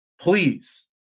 Please